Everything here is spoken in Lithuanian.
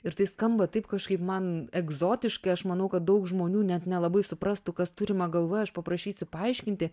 ir tai skamba taip kažkaip man egzotiškai aš manau kad daug žmonių net nelabai suprastų kas turima galvoj aš paprašysiu paaiškinti